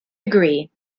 agree